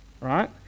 Right